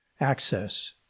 access